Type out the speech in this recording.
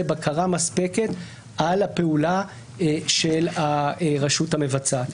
בקרה מספקת על הפעולה של הרשות המבצעת.